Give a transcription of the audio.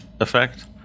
effect